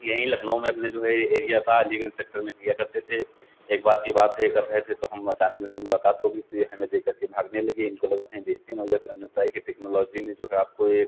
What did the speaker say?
यहीं लखनऊ में अपना जो है ये एरिया था अलीगंज सेक्टर में किया करते थे एक बार की बात है ये कर रहे थे तो हम अचानक उनसे मुलाकात हो गई तो ये हमें देखकर के भागने लगे इनको लगा कहीं बेईज़्ज़ती न हो जाए फिर हमने बताया कि टेक्नोलॉज़ी ने जो है आपको एक